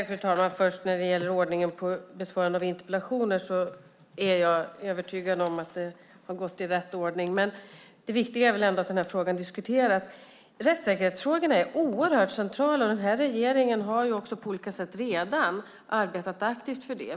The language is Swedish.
Fru talman! När det gäller ordningen på besvarande av interpellationer är jag övertygad om att det har gått i rätt ordning. Det viktiga är väl ändå att frågan diskuteras. Rättsfrågorna är oerhört centrala. Regeringen har på olika sätt redan arbetat aktivt för det.